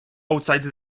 outside